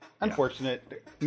unfortunate